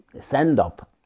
send-up